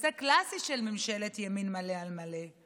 נושא קלאסי של ממשלת ימין על מלא מלא?